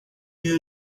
you